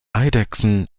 eidechsen